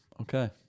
Okay